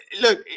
Look